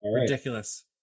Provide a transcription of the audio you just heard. Ridiculous